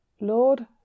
Lord